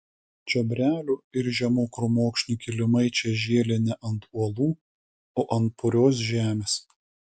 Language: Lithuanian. čiobrelių ir žemų krūmokšnių kilimai čia žėlė ne ant uolų o ant purios žemės